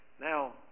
Now